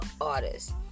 artists